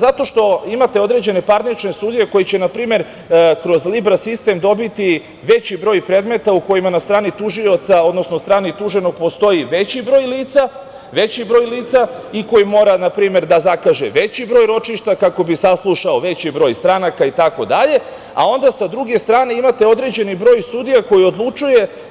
Zato što imate određene parnične sudije, koji će npr. kroz libra sistem dobiti veći broj predmeta u kojima na strani tužioca, na strani tuženog postoji veći broj lica, i koji mora da zakaže veći broj ročišta, kako bi saslušao veći broj stranaka itd. a onda sa druge strane imate određeni broj sudija,